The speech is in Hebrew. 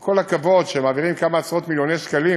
עם כל הכבוד, כשמעבירים כמה עשרות-מיליוני שקלים